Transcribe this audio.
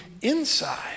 inside